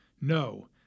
No